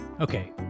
Okay